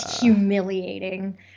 humiliating